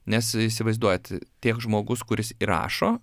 nes įsivaizduojat tiek žmogus kuris įrašo